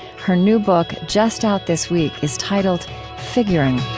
her new book, just out this week, is titled figuring